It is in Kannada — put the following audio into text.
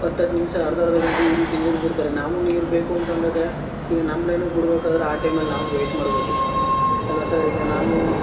ಹತ್ತತ್ತು ನಿಮಿಷ ಅರ್ಧ ಅರ್ಧ ಗಂಟೆ ಈ ರೀತಿ ನೀರು ಬಿಡ್ತಾರೆ ನಮಗೆ ನೀರು ಬೇಕು ಅಂತಂದಾಗ ಈಗ ನಮ್ಮ ಲೈನಿಗೆ ಬಿಡ್ಬೇಕಾದ್ರೆ ಆ ಟೈಮಲ್ಲಿ ನಾವು ವೇಯ್ಟ್ ಮಾಡಬೇಕು ಅಲ್ಲವಾ ಸರ್ ಈಗ ನಾವು